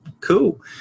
Cool